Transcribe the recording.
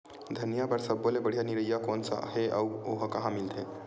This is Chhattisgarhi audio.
धनिया बर सब्बो ले बढ़िया निरैया कोन सा हे आऊ ओहा कहां मिलथे?